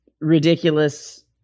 ridiculous